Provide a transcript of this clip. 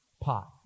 pot